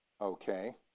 okay